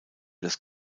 des